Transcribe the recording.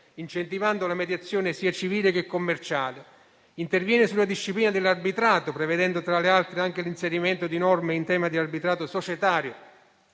incentivando la mediazione sia civile che commerciale. Si interviene altresì sulla disciplina dell'arbitrato prevedendo, tra le altre cose, anche l'inserimento di norme in tema di arbitrato societario